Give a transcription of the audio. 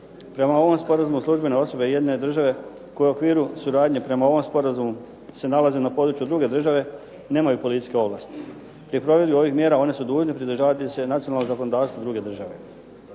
Prema ovom sporazumu službene osobe jedne države koje u okviru suradnje prema ovom sporazumu se nalaze na području druge države nemaju policijske ovlasti i u provedbi ovih mjera one su dužne pridržavati se nacionalnog zakonodavstva druge države.